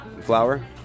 flour